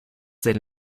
del